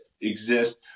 exist